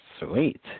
Sweet